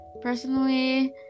personally